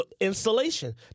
installation